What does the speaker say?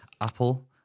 apple